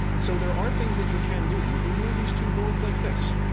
so there are things that you can do. you can glue these two boards like this,